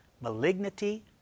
malignity